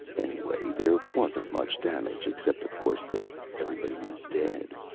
anyway, there wasn't much damage, except of course that everybody was dead.